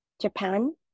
Japan